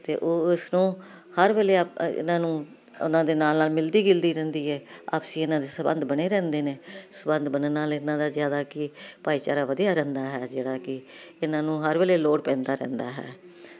ਤੇ ਉਹ ਉਸਨੂੰ ਹਰ ਵੇਲੇ ਆਪਾਂ ਇਹਨਾਂ ਨੂੰ ਉਹਨਾਂ ਦੇ ਨਾਲ ਨਾਲ ਮਿਲਦੀ ਗਿਲਦੀ ਰਹਿੰਦੀ ਹੈ ਆਪਸੀ ਇਹਨਾਂ ਦੇ ਸੰਬੰਧ ਬਣੇ ਰਹਿੰਦੇ ਨੇ ਸੰਬੰਧ ਬਣਨ ਨਾਲ ਇਹਨਾਂ ਦਾ ਜਿਆਦਾ ਕੀ ਭਾਈਚਾਰਾ ਵਧੀਆ ਰਹਿੰਦਾ ਹੈ ਜਿਹੜਾ ਕਿ ਇਹਨਾਂ ਨੂੰ ਹਰ ਵੇਲੇ ਲੋੜ ਪੈਂਦਾ ਰਹਿੰਦਾ ਹੈ